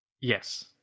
Yes